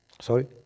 Sorry